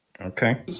Okay